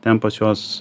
ten pas juos